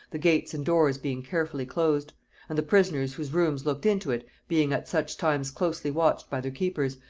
the gates and doors being carefully closed and the prisoners whose rooms looked into it being at such times closely watched by their keepers,